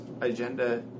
agenda